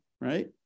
right